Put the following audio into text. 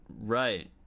right